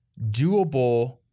doable